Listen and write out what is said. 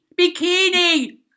bikini